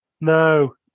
no